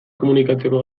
komunikatzeko